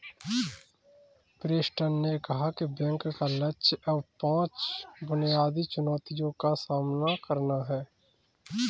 Preston ने कहा कि बैंक का लक्ष्य अब पांच बुनियादी चुनौतियों का सामना करना है